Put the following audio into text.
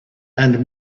and